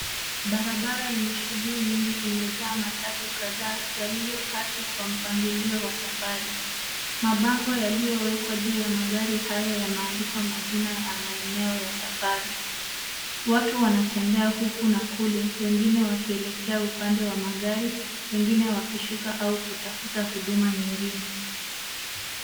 Barabara enye shugli nyingi imejaa matatu kadhaa yaliyopaki kwa mpangilio wa safari. Mabango yaliyowekwa juu ya magari hayo yameandikwa majina ya maeneo ya safari. Watu wanatembea huku na kule wengine wakielekea upande wa magari, wengine wakishuka au kutafta huduma nyingine.